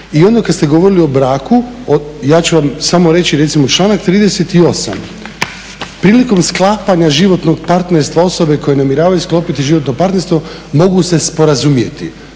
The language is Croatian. I ono kad ste govorili o braku, ja ću vam samo reći, recimo članak 38. "Prilikom sklapanja životnog partnerstva osobe koje namjeravaju sklopiti životno partnerstvo mogu se sporazumjeti